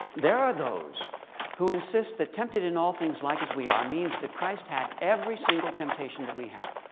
there are those who insist that tempted in all things like as we are means that christ had every single temptation that we have.